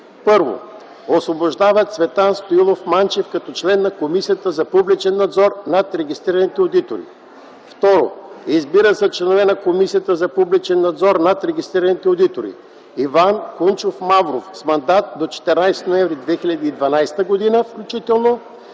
„1. Освобождава Цветан Стоилов Манчев като член на Комисията за публичен надзор над регистрираните одитори. 2. Избира за членове на Комисията за публичен надзор над регистрираните одитори: - Иван Кунчов Мавров – с мандат до 14 ноември 2012 г., включително